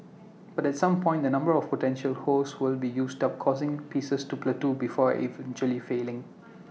but at some point the number of potential hosts would be used up causing prices to plateau before eventually falling